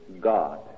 God